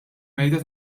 mejda